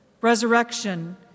resurrection